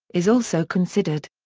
is also considered.